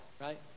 right